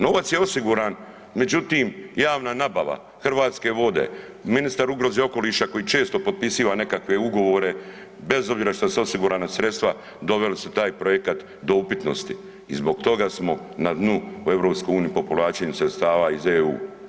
Novac je osiguran, međutim javna nabava Hrvatske vode, ministar ugroze i okoliša koji često potpisiva nekakve ugovore bez obzira što su osigurana sredstava doveli su taj projekat do upitnosti i zbog toga smo na dnu u EU po povlačenju sredstava iz EU.